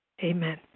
Amen